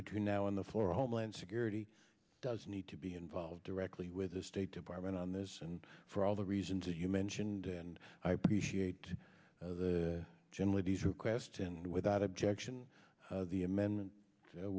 between now on the floor of homeland security does need to be involved directly with the state department on this and for all the reasons you mentioned and i appreciate generally these request and without objection the amendment